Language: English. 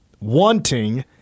wanting